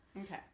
Okay